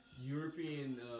European